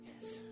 yes